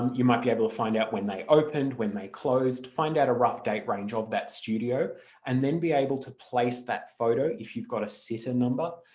you might be able to find out when they opened, when they closed, find out a rough date range of that studio and then be able to place that photo if you've got a sitter number,